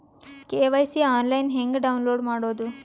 KYC online ಹೆಂಗ್ download ಮಾಡೋದು?